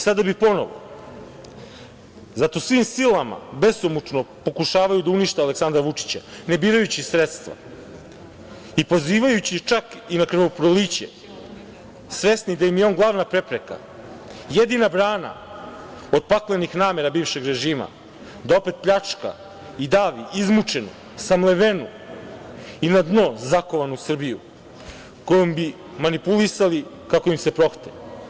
Sada bi ponovo, zato svim silama besomučno pokušavaju da unište Aleksandra Vučića ne birajući sredstva i pozivajući čak i na krvoproliće, svesni da im je on glavna prepreka, jedina grana od paklenih namera bivšeg režima da opet pljačka i davi izmučenu, samlevenu i na dno zakovanu Srbiju, kojom bi manipulisali kako im se prohte.